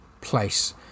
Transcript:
place